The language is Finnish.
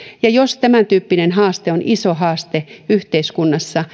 ja jos tämäntyyppinen haaste on iso haaste yhteiskunnassa